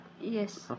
Yes